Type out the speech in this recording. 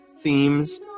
themes